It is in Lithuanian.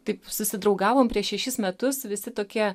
taip susidraugavom prieš šešis metus visi tokie